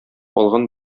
алган